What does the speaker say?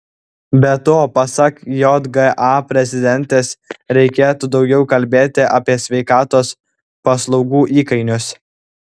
be to pasak jga prezidentės reikėtų daugiau kalbėti apie sveikatos paslaugų įkainius